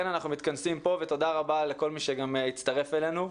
אנחנו מתכנסים פה היום ותודה רבה לכל מי שהצטרף אלינו.